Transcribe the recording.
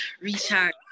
recharge